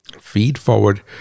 feed-forward